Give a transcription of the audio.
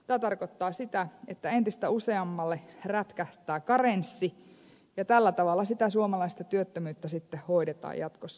tämä tarkoittaa sitä että entistä useammalle rätkähtää karenssi ja tällä tavalla sitä suomalaista työttömyyttä sitten hoidetaan jatkossa